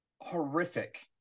horrific